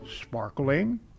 sparkling